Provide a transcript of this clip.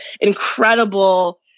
incredible